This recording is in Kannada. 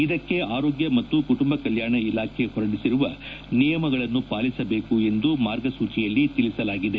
ಇದಕ್ಕೆ ಆರೋಗ್ಯ ಮತ್ತು ಕುಟುಂಬ ಕಲ್ಲಾಣ ಇಲಾಖೆ ಹೊರಡಿಸಿರುವ ನಿಯಮಗಳನ್ನು ಪಾಲಿಸಬೇಕು ಎಂದು ಮಾರ್ಗಸೂಚಿಯಲ್ಲಿ ತಿಳಿಸಲಾಗಿದೆ